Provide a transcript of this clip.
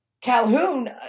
Calhoun